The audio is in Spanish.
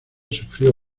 sufrió